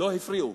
לא הפריעו,